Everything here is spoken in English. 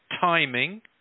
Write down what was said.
timing